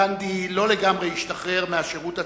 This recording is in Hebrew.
גנדי לא לגמרי השתחרר מהשירות הצבאי.